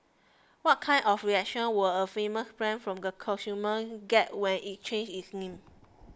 what kind of reactions were a famous brand from consumers get when it changes its name